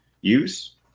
use